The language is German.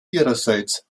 ihrerseits